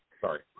Sorry